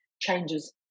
changes